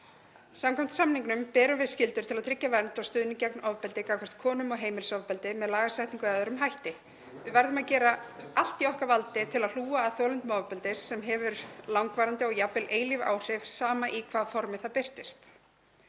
Samkvæmt samningnum ber okkur skylda til að tryggja vernd og stuðning gegn ofbeldi gagnvart konum og heimilisofbeldi með lagasetningu eða öðrum hætti. Við verðum að gera allt sem í okkar valdi stendur til að hlúa að þolendum ofbeldis sem hefur langvarandi og jafnvel eilíf áhrif, sama í hvaða formi það birtist.